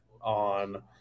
on